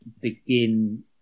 begin